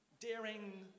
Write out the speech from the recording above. daring